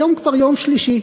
היום כבר יום שלישי/